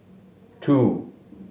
two